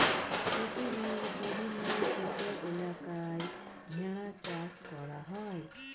পৃথিবীর বিভিন্ন শীতল এলাকায় ভেড়া চাষ করা হয়